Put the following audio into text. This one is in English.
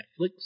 Netflix